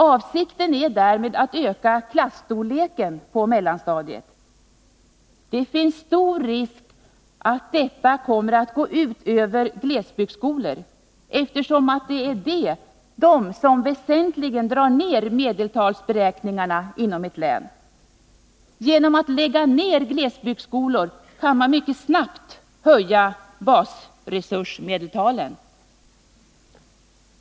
Avsikten är därmed att öka klasstorleken på mellanstadiet. Det finns stor risk att detta kommer att gå ut över glesbygdsskolor, eftersom det är de som väsentligen drar ned medeltalsberäkningarna inom ett län. Genom att lägga ned glesbygdsskolor kan man mycket snabbt höja basresursmedeltalen.